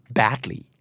badly